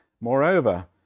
Moreover